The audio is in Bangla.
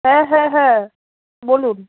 হ্যাঁ হ্যাঁ হ্যাঁ বলুন